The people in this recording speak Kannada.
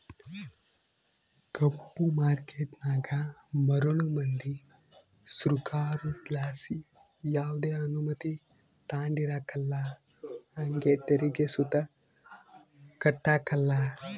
ಕಪ್ಪು ಮಾರ್ಕೇಟನಾಗ ಮರುಳು ಮಂದಿ ಸೃಕಾರುದ್ಲಾಸಿ ಯಾವ್ದೆ ಅನುಮತಿ ತಾಂಡಿರಕಲ್ಲ ಹಂಗೆ ತೆರಿಗೆ ಸುತ ಕಟ್ಟಕಲ್ಲ